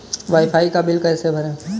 Wi fi का bill कैसे भरें?